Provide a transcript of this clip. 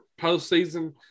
postseason